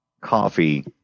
coffee